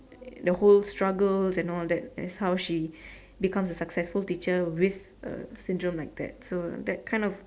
the whole struggles and all that and how she becomes a successful teacher with a syndrome like that